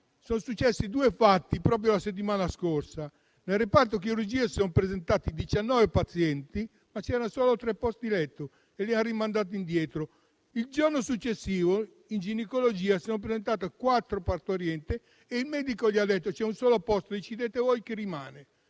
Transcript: sono successi due fatti, proprio la settimana scorsa. Nel reparto di chirurgia si sono presentati diciannove pazienti, ma c'erano solo tre posti letto e li hanno rimandati indietro. Il giorno successivo in ginecologia si sono presentate quattro partorienti e il medico ha detto loro: c'è un solo posto, decidete voi chi rimane.